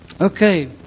Okay